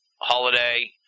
Holiday